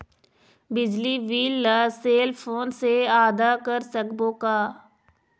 बिजली बिल ला cell phone से आदा कर सकबो का?